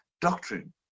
doctrine